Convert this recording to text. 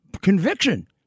conviction